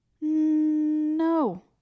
No